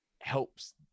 helps